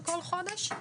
בכל חודש.